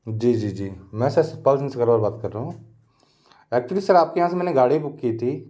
जी जी जी मैं सर सतपाल सिंह बात कर रहा हूँ एक्चुली सर आपके यहाँ से मैंने गाड़ी बुक की थी